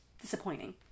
disappointing